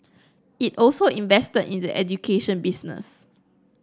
it also invested in the education business